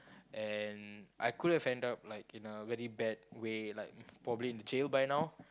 and I could have ended up like in a very bad way like probably in jail by now